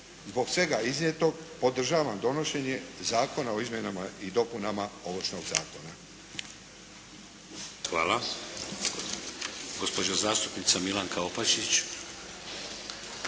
Zbog svega iznijetog podržavam donošenje Zakona o izmjenama i dopunama Ovršnog zakona.